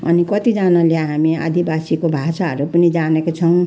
अनि कतिजनाले हामी आदिवासीको भाषाहरू पनि जानेको छौँ